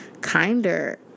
kinder